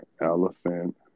elephant